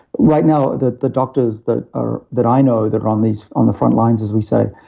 right now the the doctors that are, that i know that are on these. on the front lines, as we say,